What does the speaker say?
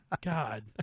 God